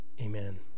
Amen